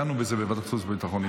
דנו בזה בוועדת חוץ וביטחון,